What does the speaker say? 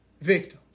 victims